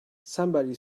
somebody